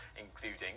including